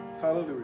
Hallelujah